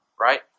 right